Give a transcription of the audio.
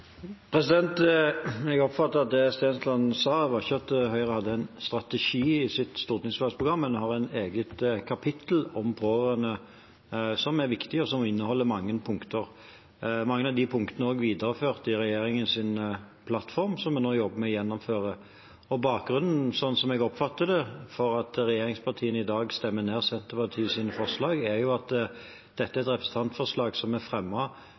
Jeg oppfatter at det representanten Stensland sa, ikke var at Høyre hadde en strategi i sitt stortingsvalgsprogram, men et eget kapittel om pårørende som er viktig, og som inneholder mange punkter. Mange av de punktene er videreført i regjeringens plattform, som vi nå jobber med å gjennomføre. Bakgrunnen, slik jeg oppfatter den, for at regjeringspartiene i dag stemmer ned Senterpartiets forslag, er at dette er et representantforslag som er